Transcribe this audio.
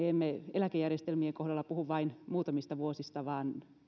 eläkejärjestelmien kohdalla puhu vain muutamista vuosista vaan